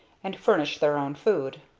and furnish their own food.